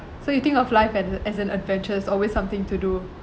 so you think of life as an as an adventure there's always something to do